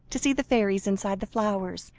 to see the fairies inside the flowers,